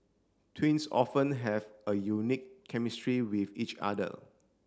twins often have a unique chemistry with each other